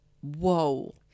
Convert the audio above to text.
Whoa